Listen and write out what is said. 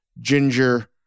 ginger